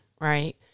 right